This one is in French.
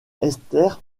esther